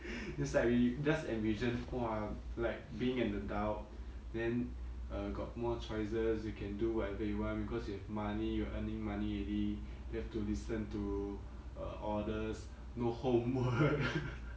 it's like we just envision !wah! like being an adult then uh got more choices you can do whatever you want because you have money you're earning money already don't have to listen to uh orders no homework